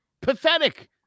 pathetic